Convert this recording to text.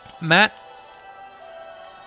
Matt